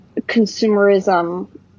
consumerism